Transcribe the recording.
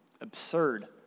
absurd